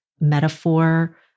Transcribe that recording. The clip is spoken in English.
metaphor